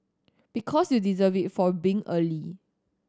because you deserve it for being early